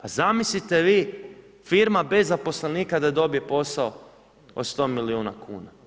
A zamislite vi firma bez zaposlenika da dobije posao od 100 milijuna kuna.